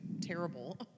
terrible